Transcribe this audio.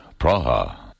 Praha